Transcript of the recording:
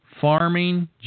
farming